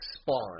Spawn